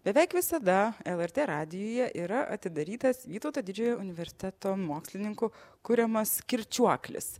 beveik visada lrt radijuje yra atidarytas vytauto didžiojo universiteto mokslininkų kuriamas kirčiuoklis